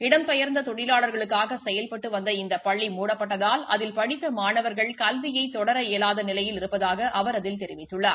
இடம்பெயர்ந்த தொழிலாளர்களுக்காக செயல்பட்டு வந்த இந்த பள்ளி மூடப்பட்டதால் அதில் படித்த மானவர்கள் கல்வியை தொடர இயலாத நிலையில் இருப்பதாக அவர் அதில் தெரிவித்துள்ளார்